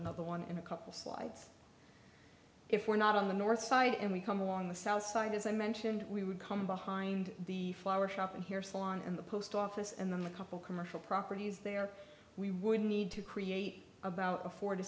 another one in a couple slides if we're not on the north side and we come along the south side as i mentioned we would come behind the flower shop and here salon and the post office and then the couple commercial properties there we would need to create about a four to